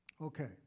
Okay